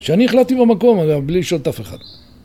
שאני החלטתי במקום, אבל בלי שותף אחד.